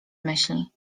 myśli